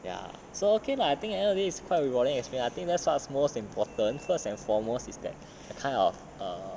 ya so okay lah I think all of this is quite rewarding experienced I think that's what most important first and foremost is that a kind of a